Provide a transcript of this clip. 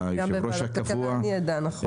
גם אני עדה, נכון.